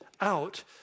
out